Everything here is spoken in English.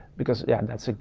because yeah,